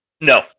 No